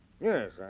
Yes